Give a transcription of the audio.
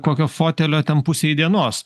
kokio fotelio ten pusei dienos